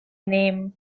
name